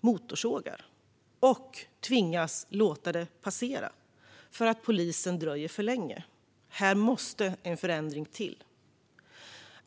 motorsågar och tvingas låta det passera för att polisen dröjer för länge. Här måste en förändring till.